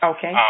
Okay